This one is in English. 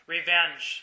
Revenge